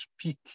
speak